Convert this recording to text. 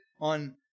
on